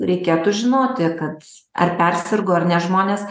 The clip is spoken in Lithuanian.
reikėtų žinoti kad ar persirgo ar ne žmonės